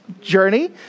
journey